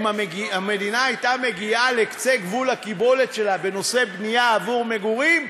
אם המדינה הייתה מגיעה לקצה גבול הקיבולת שלה בנושא בנייה עבור מגורים,